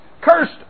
cursed